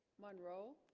monroe